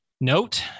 Note